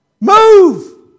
Move